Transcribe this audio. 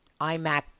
iMac